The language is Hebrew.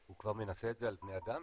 הוא כבר מנסה את זה על בני אדם?